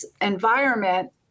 environment